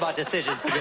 but decisions,